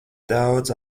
daudz